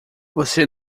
você